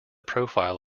profile